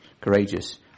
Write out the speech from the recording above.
courageous